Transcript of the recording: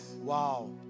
Wow